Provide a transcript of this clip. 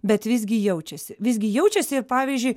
bet visgi jaučiasi visgi jaučiasi ir pavyzdžiui